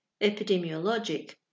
epidemiologic